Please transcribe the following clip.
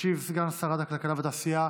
ישיב סגן שרת הכלכלה והתעשייה